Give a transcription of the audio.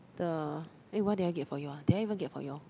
the eh what did I get for you ah did I even get for you all